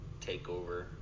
takeover